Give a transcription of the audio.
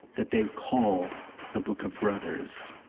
that they call the book of brothers.